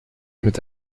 mit